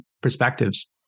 perspectives